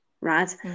right